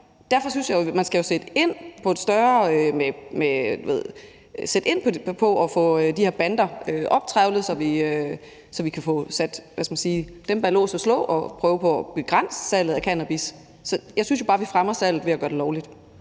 Derfor synes jeg jo, at man skal sætte ind for at få de her bander optrævlet, så vi kan få sat dem bag lås og slå, og prøve på at begrænse salget af cannabis. Så jeg synes jo bare, vi fremmer salget ved at gøre det lovligt.